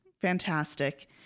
Fantastic